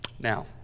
Now